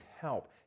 help